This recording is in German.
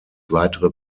weitere